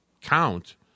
count